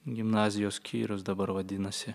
gimnazijos skyrius dabar vadinasi